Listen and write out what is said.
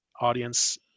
audience